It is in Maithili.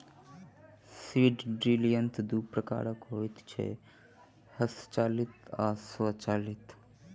सीड ड्रील यंत्र दू प्रकारक होइत छै, हस्तचालित आ स्वचालित